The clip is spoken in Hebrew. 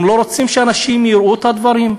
הם לא רוצים שאנשים יראו את הדברים.